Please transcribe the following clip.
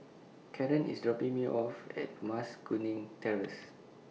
Caron IS dropping Me off At Mas Kuning Terrace